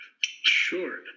Sure